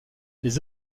les